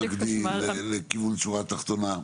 אני רוצה שתתמקדי לכיוון שורה תחתונה,